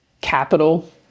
capital